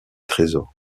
trésor